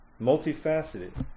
multifaceted